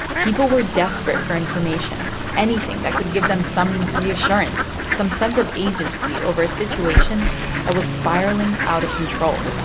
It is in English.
people were desperate for information, anything that could give them some reassurance, some sense of agency over a situation that was spiraling out of control.